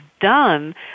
done